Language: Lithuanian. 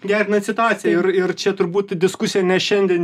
gerinat situaciją ir ir čia turbūt diskusija ne šiandien